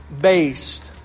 based